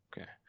Okay